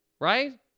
right